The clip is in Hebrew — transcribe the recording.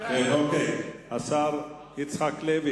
השר יצחק כהן,